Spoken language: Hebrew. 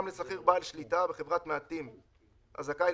בהתאמה